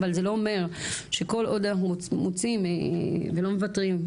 אבל זה לא אומר שכל עוד אנחנו רוצים ולא מוותרים,